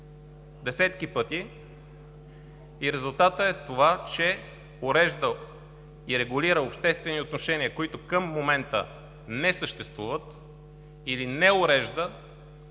десетки пъти и резултатът е това, че урежда и регулира обществени отношения, които към момента не съществуват, или не урежда